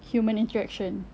human interaction